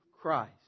Christ